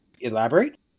elaborate